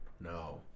no